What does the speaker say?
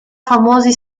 famosi